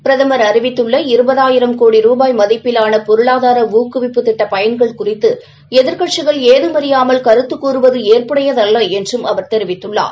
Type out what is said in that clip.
பிரதமர் அறிவித்துள்ள் இருபதாயிரம் கோடி ரூபாய் மதிப்பிலான பொருளாதார ஊக்குவிப்பு திட்ட பயன்கள் குறித்து எதிர்கட்சிகள் ஏதமறியாமல் கருத்துக் கூறுவது ஏற்புடையதல்ல என்றும் கூறினார்